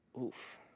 Oof